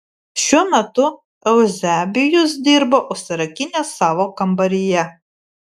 šiuo metu euzebijus dirbo užsirakinęs savo kambaryje